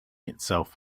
itself